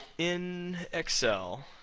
in excel,